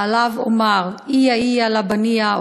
ועליו אומר: אִיָה אִיָה לַבַּנִיָיה,